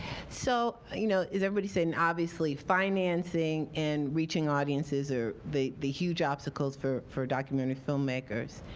so you know as everybody's saying, obviously financing and reaching audiences are the the huge obstacles for for documentary filmmakers.